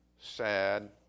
sad